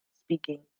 speaking